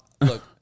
look